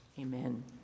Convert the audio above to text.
Amen